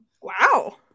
Wow